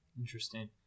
Interesting